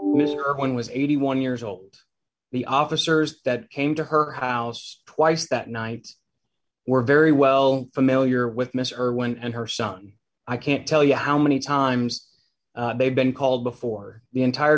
irwin was eighty one years old the officers that came to her house twice that night were very well familiar with mr irwin and her son i can't tell you how many times they've been called before the entire